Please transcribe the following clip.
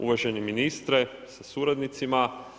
Uvaženi ministre sa suradnicima.